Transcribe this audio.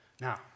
Now